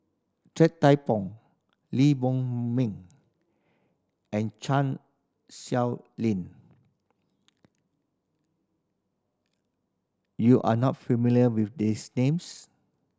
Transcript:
Ted De Pong Lee Boon Ming and Chan Lin you are not familiar with these names